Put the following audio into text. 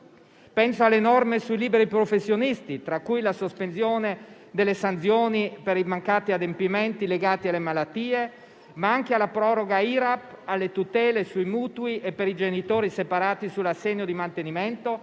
Penso alle norme sui liberi professionisti, tra cui la sospensione delle sanzioni per i mancati adempimenti legati alle malattie, ma anche alla proroga IRAP, alle tutele sui mutui e sull'assegno di mantenimento